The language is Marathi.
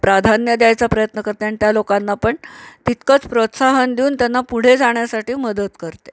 प्राधान्य द्यायचा प्रयत्न करते आणि त्या लोकांना पण तितकंच प्रोत्साहन देऊन त्यांना पुढे जाण्यासाठी मदत करते